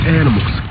animals